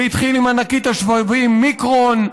זה התחיל עם ענקית השבבים מיקרון,